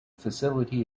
facility